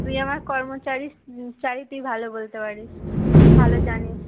তুই আমার কর্মচারী চারী তুই ভালো বলতে পারিস ভালো জানিস